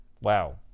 Wow